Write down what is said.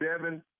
Devin